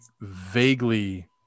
vaguely